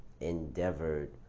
endeavored